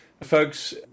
Folks